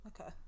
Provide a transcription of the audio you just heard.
Okay